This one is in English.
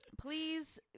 Please